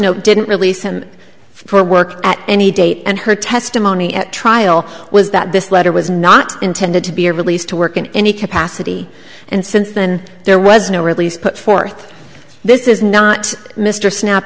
note didn't release him for work at any date and her testimony at trial was that this letter was not intended to be released to work in any capacity and since then there was no release put forth this is not mr snap